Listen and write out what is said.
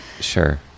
Sure